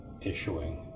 issuing